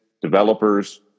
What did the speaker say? Developers